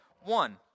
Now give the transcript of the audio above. One